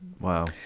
Wow